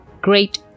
great